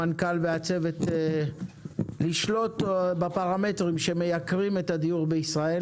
המנכ"ל והצוות לשלוט בפרמטרים שמייקרים את הדיור בישראל.